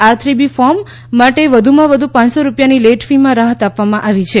R three B form માટે વધુમાં વધુ પાંચસો રૂપિયા લેટ ફીમાં રાહત આપવામાં આવી છે